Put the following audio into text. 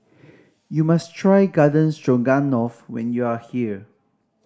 you must try Garden Stroganoff when you are here